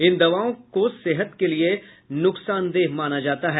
इन दवाओं के सेहत के लिए नुकसानदेह माना जाता है